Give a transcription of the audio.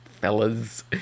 fellas